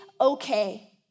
okay